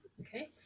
Okay